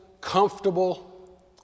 comfortable